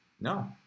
no